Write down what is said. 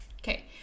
Okay